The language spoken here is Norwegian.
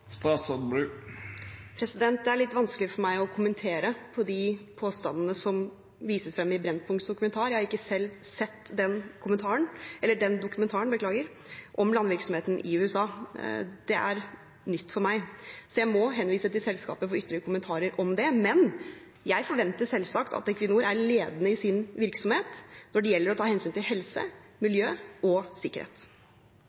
Det er litt vanskelig for meg å kommentere de påstandene som vises i Brennpunkts dokumentar – jeg har ikke selv sett den dokumentaren – om landvirksomheten i USA. Det er nytt for meg, så jeg må henvise til selskapet for ytterligere kommentarer om det. Men jeg forventer selvsagt at Equinor er ledende i sin virksomhet når det gjelder å ta hensyn til helse,